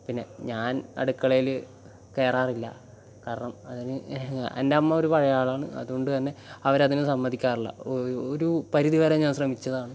പിന്നെ ഞാൻ അടുക്കളയിൽ കയറാറില്ല കാരണം അതിന് എൻ്റെ അമ്മ ഒരു പഴയ ആളാണ് അതുകൊണ്ട് തന്നെ അവരതിന് സമ്മതിക്കാറില്ല ഒരു പരിധിവരെ ഞാൻ ശ്രമിച്ചതാണ്